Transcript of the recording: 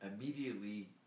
immediately